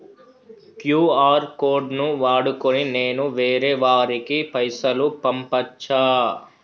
QR code ను వాడుకొని నేను వేరే వారికి పైసలు పంపచ్చా?